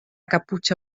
caputxa